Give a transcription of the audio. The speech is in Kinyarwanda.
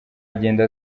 agenda